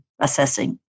assessing